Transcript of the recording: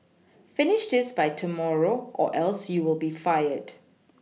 finish this by tomorrow or else you'll be fired